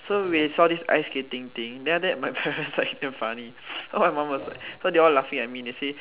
so we saw this ice skating thing then after that my parents like damn funny cause my mum was like they all laughing at me they say